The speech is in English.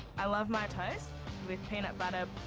i love my toast with peanut butter.